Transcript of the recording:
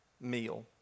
meal